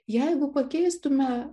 jeigu pakeistume